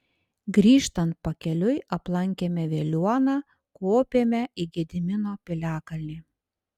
grįžtant pakeliui aplankėme veliuoną kopėme į gedimino piliakalnį